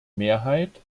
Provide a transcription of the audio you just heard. mehrheit